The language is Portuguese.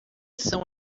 são